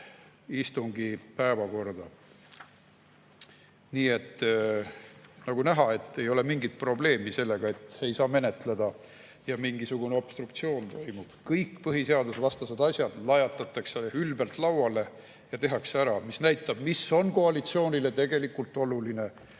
istungi päevakorda. Nagu näha, ei ole mingit probleemi sellega, et ei saa menetleda ja mingisugune obstruktsioon toimub. Kõik põhiseadusvastased asjad lajatatakse ülbelt lauale ja tehakse ära. See näitab, mis on koalitsioonile tegelikult oluline